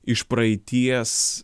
iš praeities